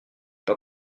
pas